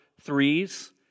threes